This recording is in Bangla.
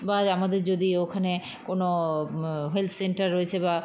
বা আমাদের যদি ওখানে কোনো হেলথ সেন্টার রয়েছে বা